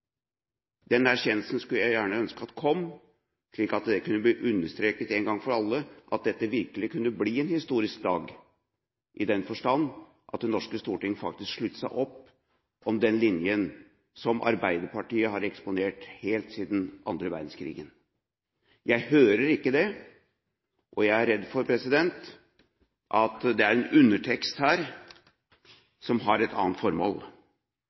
skulle gjerne ønske at den erkjennelsen kom, slik at det kunne bli understreket en gang for alle at dette virkelig ble en historisk dag, i den forstand at Det norske storting faktisk sluttet opp om den linjen som Arbeiderpartiet har eksponert helt siden annen verdenskrig. Jeg hører ikke det, og jeg er redd for at det er en undertekst her, som har et annet formål.